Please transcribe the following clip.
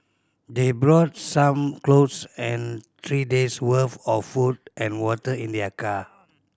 they brought some clothes and three days' worth of food and water in their car